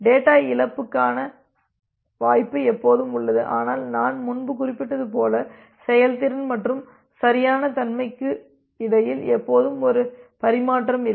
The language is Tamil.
டேட்டா இழப்புக்கான வாய்ப்பு எப்போதும் உள்ளது ஆனால் நான் முன்பு குறிப்பிட்டது போல செயல்திறன் மற்றும் சரியான தன்மைக்கு இடையில் எப்போதும் ஒரு பரிமாற்றம் இருக்கும்